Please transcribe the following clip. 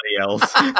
else